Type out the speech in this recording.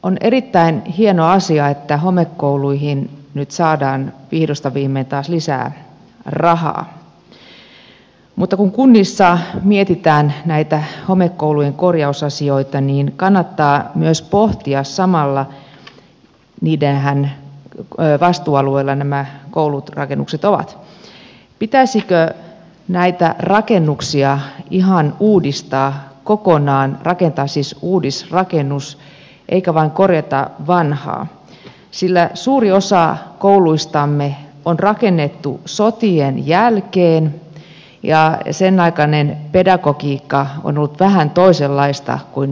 on erittäin hieno asia että homekouluihin nyt saadaan vihdosta viimein taas lisää rahaa mutta kun kunnissa mietitään näitä homekoulujen korjausasioita niin kannattaa myös pohtia samalla niiden vastuualueellahan nämä koulut rakennukset ovat pitäisikö näitä rakennuksia ihan uudistaa kokonaan rakentaa siis uudisrakennus eikä vain korjata vanhaa sillä suuri osa kouluistamme on rakennettu sotien jälkeen ja senaikainen pedagogiikka on ollut vähän toisenlaista kuin nykyinen